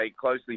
closely